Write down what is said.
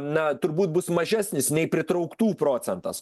na turbūt bus mažesnis nei pritrauktų procentas